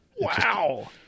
Wow